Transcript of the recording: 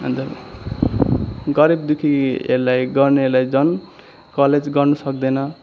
अन्त गरीब दुःखीहरूलाई गर्नेहरूलाई झन कलेज गर्नु सक्दैन